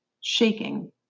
Shaking